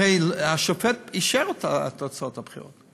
הרי השופט אישר את תוצאות הבחירות,